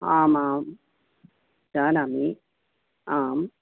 आम् आम् जानामि आम्